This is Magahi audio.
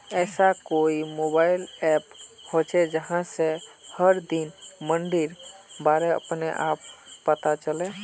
ऐसा कोई मोबाईल ऐप होचे जहा से हर दिन मंडीर बारे अपने आप पता चले?